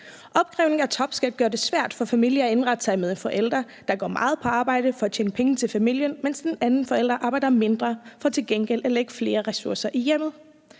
Opkrævning af topskat gør det svært for familier at indrette sig med en forælder, der går meget på arbejde for at tjene penge til familien, mens den anden forælder arbejder mindre for til gengæld at lægge flere ressourcer i hjemmet.